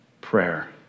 prayer